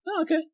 okay